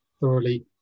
thoroughly